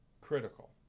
critical